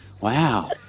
Wow